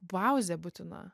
pauzę būtina